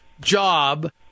job